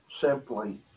simply